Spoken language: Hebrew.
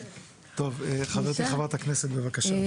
חברתי חברת הכנסת בבקשה.